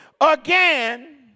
again